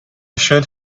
should